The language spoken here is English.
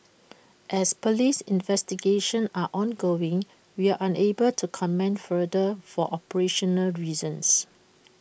as Police investigations are ongoing we are unable to comment further for operational reasons